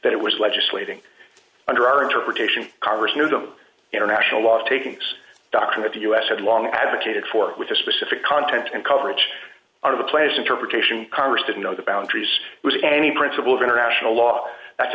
that it was legislating under our interpretation congress knew the international law taking its doctrine that the us had long advocated for with the specific content and coverage of the players interpretation congress didn't know the boundaries was any principle of international law that's